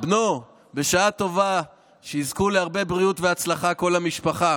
בשעה טובה, שיזכו להרבה בריאות והצלחה כל המשפחה,